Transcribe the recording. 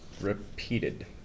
repeated